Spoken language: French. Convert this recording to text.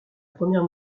première